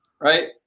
right